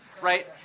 right